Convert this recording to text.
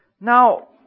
Now